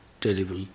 terrible